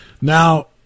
Now